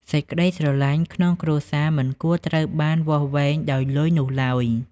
សេចក្តីស្រឡាញ់ក្នុងគ្រួសារមិនគួរត្រូវបានវាស់វែងដោយ "លុយ" នោះឡើយ។